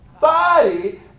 body